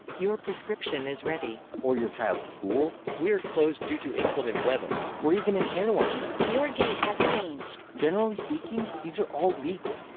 your prescription is ready. or your child's school. we're closed due to inclement weather. or even an airline. your gate has changed. generally speaking, these are all legal.